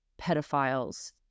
pedophiles